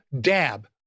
dab